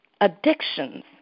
addictions